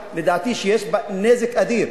לדעתי היא גישה שיש בה נזק אדיר.